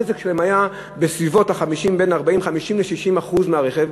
הנזק היה בסביבות, בין 40% ל-50% 60% מהרכב.